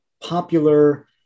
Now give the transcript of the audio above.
popular